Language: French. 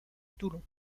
toulon